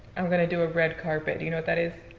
i'm gonna do a red carpet. do you know what that is?